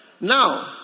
Now